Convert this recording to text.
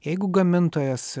jeigu gamintojas